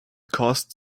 caused